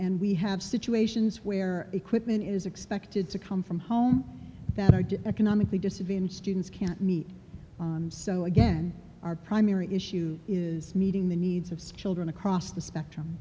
and we have situations where equipment is expected to come from home economically disadvantaged students can't meet so again our primary issue is meeting the needs of children across the spectrum